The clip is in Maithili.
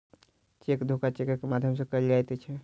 चेक धोखा चेकक माध्यम सॅ कयल जाइत छै